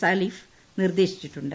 Salih നിർദ്ദേഹിച്ചിട്ടുണ്ട്